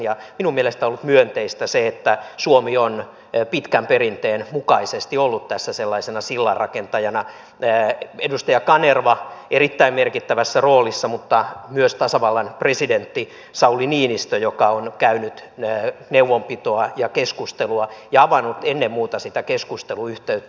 minun mielestäni on ollut myönteistä se että suomi on pitkän perinteen mukaisesti ollut tässä sellaisena sillanrakentajana edustaja kanerva erittäin merkittävässä roolissa mutta myös tasavallan presidentti sauli niinistö joka on käynyt neuvonpitoa ja keskustelua ja avannut ennen muuta sitä keskusteluyhteyttä